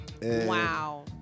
Wow